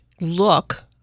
look